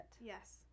Yes